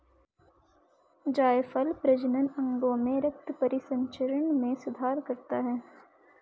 जायफल प्रजनन अंगों में रक्त परिसंचरण में सुधार करता है